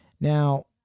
Now